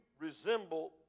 resemble